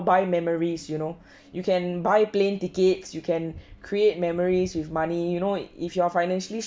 by memories you know you can buy plane tickets you can create memories with money you know if you are financially